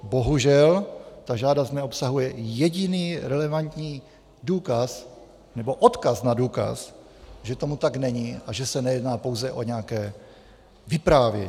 Bohužel ta žádost neobsahuje jediný relevantní důkaz nebo odkaz na důkaz, že tomu tak není a že se nejedná pouze o nějaké vyprávění.